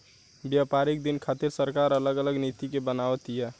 व्यापारिक दिन खातिर सरकार अलग नीति के बनाव तिया